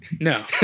No